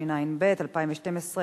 התשע"ב 2012,